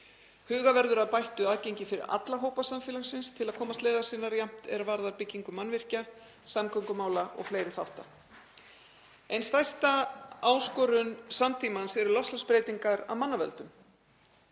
Huga verður að bættu aðgengi fyrir alla hópa samfélagsins til að komast leiðar sinnar jafnt er varðar byggingu mannvirkja, samgöngumála og fleiri þátta. Ein stærsta áskorun samtímans eru loftslagsbreytingar af manna völdum.